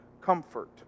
comfort